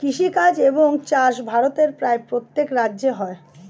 কৃষিকাজ এবং চাষ ভারতের প্রায় প্রত্যেক রাজ্যে হয়